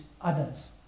others